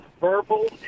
verbal